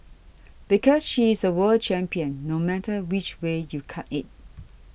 because she's a world champion no matter which way you cut it